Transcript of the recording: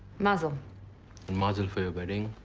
mazel. and mazel for your wedding.